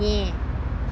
ஏன்:ean